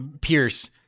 Pierce